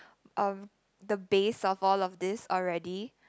um the base of all of these already